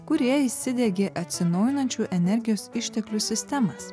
kurie įsidegė atsinaujinančių energijos išteklių sistemas